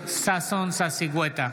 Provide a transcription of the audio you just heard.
ששון ששי גואטה,